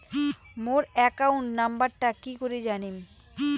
মোর account নাম্বারটা কি করি জানিম?